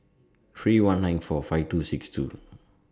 three one nine four five two six two